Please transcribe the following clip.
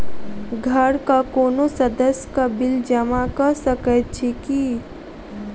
घरक कोनो सदस्यक बिल जमा कऽ सकैत छी की?